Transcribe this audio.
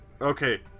Okay